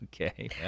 Okay